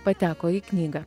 pateko į knygą